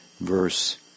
verse